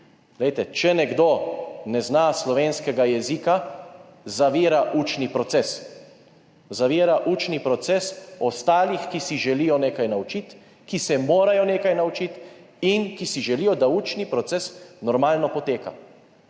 Če nekdo ne zna slovenskega jezika, zavira učni proces. Zavira učni proces ostalih, ki se želijo nekaj naučiti, ki se morajo nekaj naučiti in ki si želijo, da učni proces normalno poteka.